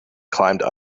climbed